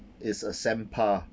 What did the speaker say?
it's uh sam Pah